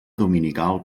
dominical